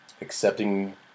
accepting